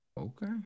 Okay